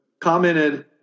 Commented